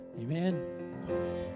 Amen